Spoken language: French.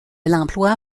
l’emploi